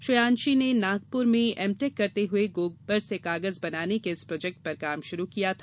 श्रेयांशी ने नागपुर में एमटेक करते हुए गोबर से कागज बनाने के इस प्रोजेक्ट पर काम शुरू किया था